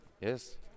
Yes